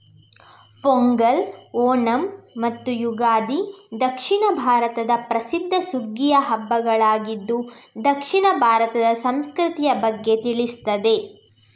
ಪೊಂಗಲ್, ಓಣಂ ಮತ್ತು ಯುಗಾದಿ ದಕ್ಷಿಣ ಭಾರತದ ಪ್ರಸಿದ್ಧ ಸುಗ್ಗಿಯ ಹಬ್ಬಗಳಾಗಿದ್ದು ದಕ್ಷಿಣ ಭಾರತದ ಸಂಸ್ಕೃತಿಯ ಬಗ್ಗೆ ತಿಳಿಸ್ತದೆ